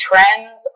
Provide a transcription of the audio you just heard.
Trends